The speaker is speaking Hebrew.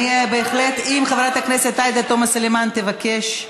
בהחלט, אם חברת הכנסת עאידה תומא סלימאן תבקש,